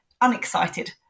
unexcited